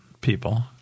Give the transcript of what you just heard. people